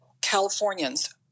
Californians